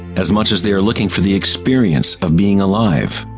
as much as they are looking for the experience of being alive.